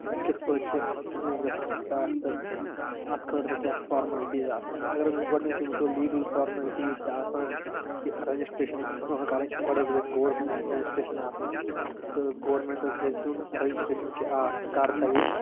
کِتھ پٲٹھۍ چھُ بِزنیٚس گَژھان سِٹارٹ تہٕ اَتھ خٲطرٕ کیٛاہ فارمَلٹیٖز آسان چھِ اگر حظ أسۍ گۄڈنیٚتھٕے وُچھو لیٖگَل فارمَلٹیٖز چھِ آسان کہِ رَجسٹرٛیشَن چھِ پیٚوان کَرٕنۍ گۄڈٕ حظ گَژھہِ گورمیٚنٛٹ رَجسٹرٛیشَن آسٕنۍ سُہ حظ گورمیٚنٛٹ حظ گَژھہِ دیٛن رَجسٹرٛیشَن کہِ آ ژٕ کَر سا یہِ